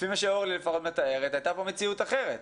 שאורלי לפחות מתארת, הייתה פה מציאות אחרת.